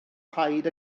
paid